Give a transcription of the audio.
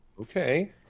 Okay